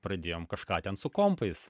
pradėjom kažką ten su kompais